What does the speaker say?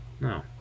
No